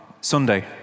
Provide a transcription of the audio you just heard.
Sunday